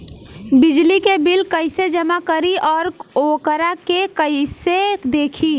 बिजली के बिल कइसे जमा करी और वोकरा के कइसे देखी?